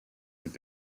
have